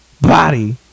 body